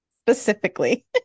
Specifically